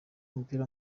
umupira